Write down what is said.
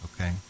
okay